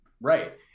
Right